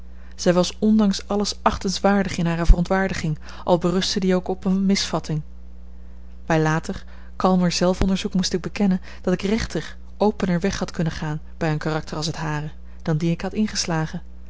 zij was ondanks alles achtenswaardig in hare verontwaardiging al berustte die ook op eene misvatting bij later kalmer zelfonderzoek moest ik bekennen dat ik rechter opener weg had kunnen gaan bij een karakter als het hare dan dien ik had ingeslagen